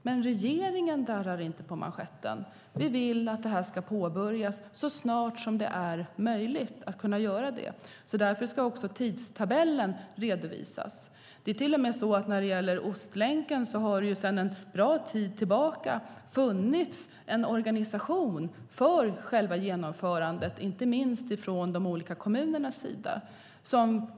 Men regeringen darrar inte på manschetten. Vi vill att det här ska påbörjas så snart som möjligt. Därför ska också tidtabellen redovisas. När det gäller Ostlänken har det till och med sedan en bra tid tillbaka funnits en organisation för själva genomförandet, inte minst i de olika kommunerna.